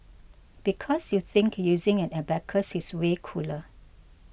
because you think using an abacus is way cooler